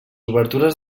obertures